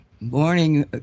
Morning